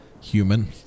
Human